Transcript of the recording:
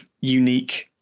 unique